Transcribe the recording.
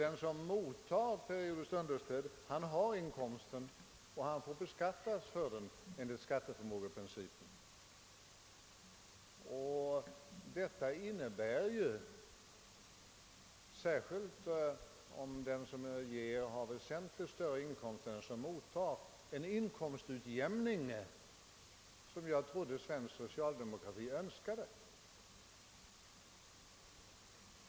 Den som mottar periodiskt understöd har ju denna inkomst och får skatta för denna enligt skatteförmågeprincipen. Detta innebär, särskilt om den som ger har väsentligt större inkomster än den som mottar understödet, en inkomstutjämning, vilket jag trodde att svensk socialdemokrati eftersträvar.